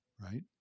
right